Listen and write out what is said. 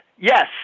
yes